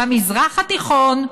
במזרח התיכון,